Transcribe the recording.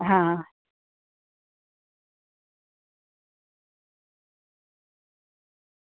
હા